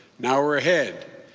now we're ahead.